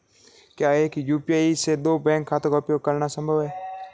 क्या एक ही यू.पी.आई से दो बैंक खातों का उपयोग करना संभव है?